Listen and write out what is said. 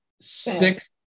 six